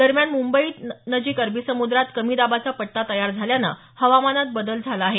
दरम्यान मुंबईत नजिक अरबी समुद्रात कमी दाबाचा पट्टा तयार झाल्यानं हवामानात बदल झाला आहे